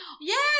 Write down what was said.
Yes